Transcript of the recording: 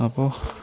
അപ്പോള്